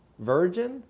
Virgin